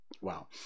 Wow